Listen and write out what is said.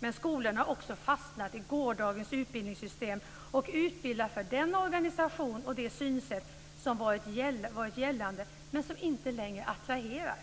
men skolorna har också fastnat i gårdagens utbildningssystem och utbildar för den organisation och det synsätt som varit gällande men som inte längre attraherar.